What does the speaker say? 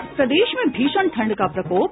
और प्रदेश में भीषण ठंड का प्रकोप